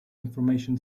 information